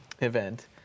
event